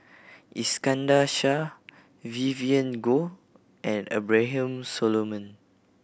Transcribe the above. Iskandar Shah Vivien Goh and Abraham Solomon